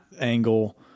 angle